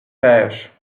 pêche